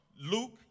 Luke